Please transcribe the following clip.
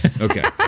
Okay